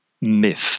myth